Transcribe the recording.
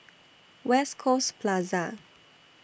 West Coast Plaza